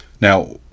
Now